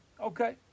okay